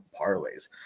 parlays